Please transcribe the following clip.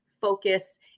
focus